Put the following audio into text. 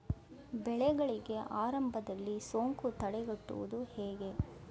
ಬೆಳೆಗಳಿಗೆ ಆರಂಭದಲ್ಲಿ ಸೋಂಕು ತಡೆಗಟ್ಟುವುದು ಹೇಗೆ?